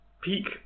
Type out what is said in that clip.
Peak